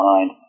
Mind